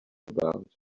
about